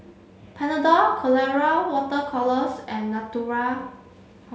Panadol Colora water colours and Natura